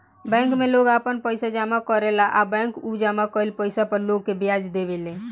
bank में लोग आपन पइसा जामा करेला आ बैंक उ जामा कईल पइसा पर लोग के ब्याज देवे ले